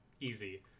easy